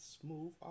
smooth